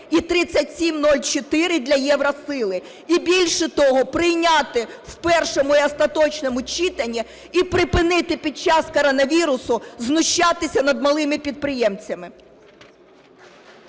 і 3704 для "Євросили". І більше того, прийняти в першому і остаточному читанні, і припинити під час коронавірусу знущатися над малими підприємцями.